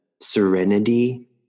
serenity